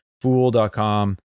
fool.com